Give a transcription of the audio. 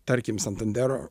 tarkim santandero